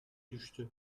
düştü